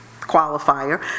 qualifier